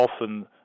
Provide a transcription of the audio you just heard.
often